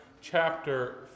chapter